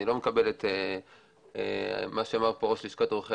אני לא מקבל את מה שאמר פה ראש לשכת עורכי